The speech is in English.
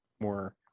more